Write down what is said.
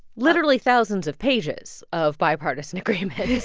literally thousands of pages of bipartisan agreements